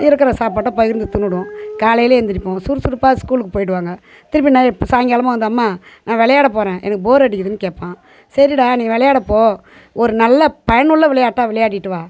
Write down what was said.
இருக்கிற சாப்பாட்டை பகிர்ந்து தின்றுடுவோம் காலையில் எழுந்திரிப்போம் சுறு சுறுப்பாக ஸ்கூலுக்கு போயிடுவாங்க திருப்பி நை இப்போ சாய்ங்காலமாக வந்து அம்மா நான் விளையாட போகிறேன் எனக்கு போர் அடிக்கிதுன்னு கேட்பான் சரிடா நீ விளையாட போ ஒரு நல்ல பயனுள்ள விளையாட்டாக விளையாடிட்டு வா